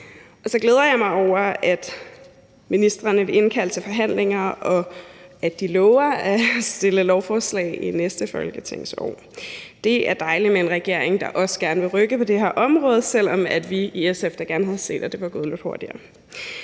Så glæder jeg mig over, at ministrene vil indkalde til forhandlinger, og at de lover at fremsætte lovforslag i næste folketingsår. Det er dejligt med en regering, der også gerne vil rykke på det her område, selv om vi i SF da gerne havde set, at det var gået lidt hurtigere.